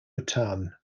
bhutan